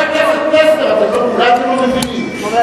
חבר הכנסת פלסנר, אולי אתם לא מבינים.